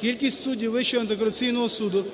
Кількість суддів Вищого антикорупційного суду